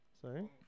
Sorry